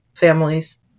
Families